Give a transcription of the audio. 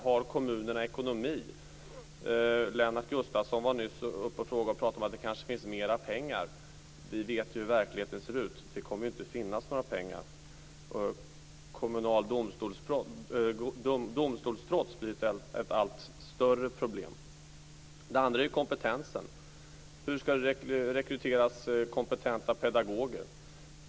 Har kommunerna ekonomi? Lennart Gustavsson pratade nyss om att det kanske finns mer pengar. Vi vet hur verkligheten ser ut. Det kommer inte att finnas några pengar. Kommunalt domstolstrots blir ett allt större problem. Det andra är kompetensen. Hur ska kompetenta pedagoger rekryteras?